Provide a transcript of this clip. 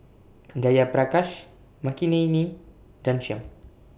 Jayaprakash Makineni and Ghanshyam